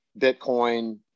Bitcoin